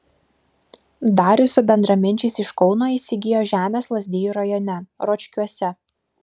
darius su bendraminčiais iš kauno įsigijo žemės lazdijų rajone ročkiuose